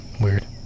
weird